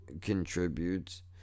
contributes